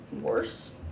worse